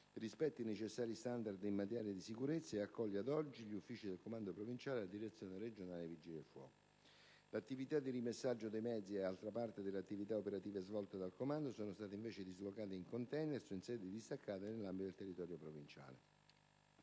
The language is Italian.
rispetta i necessari standard in materia di sicurezza ed accoglie, ad oggi, gli uffici del comando provinciale e della direzione regionale dei Vigili del fuoco. L'attività di rimessaggio dei mezzi ed altra parte delle attività operative svolte dal comando sono state invece dislocate in *containers* o in sedi distaccate nell'ambito del territorio provinciale.